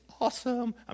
awesome